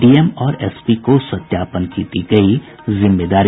DM और SP को सत्यापन की दी गयी जिम्मेदारी